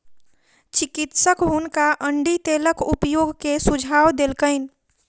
चिकित्सक हुनका अण्डी तेलक उपयोग के सुझाव देलकैन